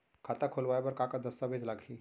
खाता खोलवाय बर का का दस्तावेज लागही?